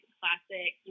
classic